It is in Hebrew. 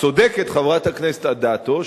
צודקת חברת הכנסת אדטו,